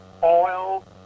Oil